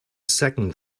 second